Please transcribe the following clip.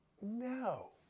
no